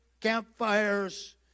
campfires